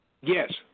Yes